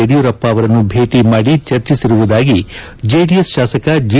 ಯಡಿಯೂರಪ್ಪ ಅವರನ್ನು ಭೇಟಿ ಮಾಡಿ ಚರ್ಚಿಸಿರುವುದಾಗಿ ಜೆಡಿಎಸ್ ಶಾಸಕ ಜಿ